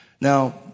Now